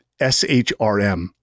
SHRM